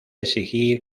exigir